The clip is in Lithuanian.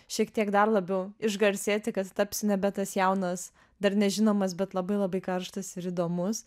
šiek tiek dar labiau išgarsėti kad tapsi nebe tas jaunas dar nežinomas bet labai labai karštas ir įdomus